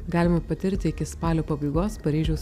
galima patirti iki spalio pabaigos paryžiaus